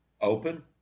open